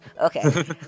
Okay